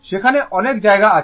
সেখানে অনেক জায়গা আছে